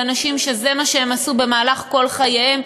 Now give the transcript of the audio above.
על אנשים שזה מה שהם עשו במהלך כל חייהם,